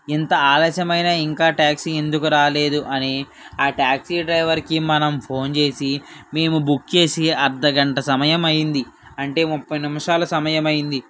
ఇంత ఆలస్యమైనా ఇంకా టాక్సీ ఎందుకు రాలేదు అని ఆ టాక్సి డ్రైవర్కి మనం ఫోన్ చేసి మేము బుక్ చేసి అర్ధగంట సమయం అయ్యింది అంటే ముప్పై నిమిషాల సమయం అయ్యింది